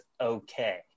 okay